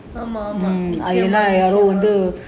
ஆமா ஆமா:aamaa aamaa